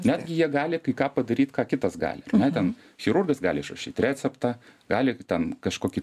netgi jie gali kai ką padaryt ką kitas gali ne ten chirurgas gali išrašyt receptą gali ten kažkokį